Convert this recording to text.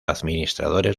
administradores